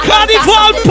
Carnival